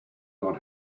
not